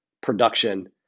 production